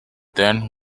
then